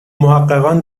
محققان